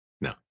No